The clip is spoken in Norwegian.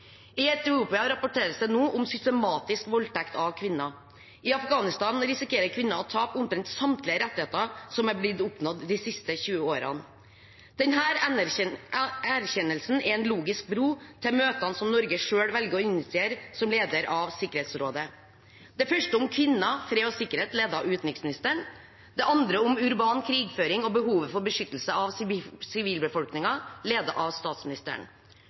I Etiopia rapporteres det nå om systematisk voldtekt av kvinner. I Afghanistan risikerer kvinner å tape omtrent samtlige rettigheter som er blitt oppnådd de siste 20 årene. Denne erkjennelsen er en logisk bro til møtene som Norge selv velger å initiere som leder av Sikkerhetsrådet – det første om kvinner, fred og sikkerhet, ledet av utenriksministeren, og det andre om urban krigføring og behovet for beskyttelse av sivilbefolkningen, ledet av statsministeren.